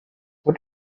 what